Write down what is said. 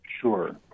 Sure